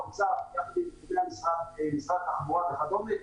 האוצר ומשרד התחבורה וכדומה,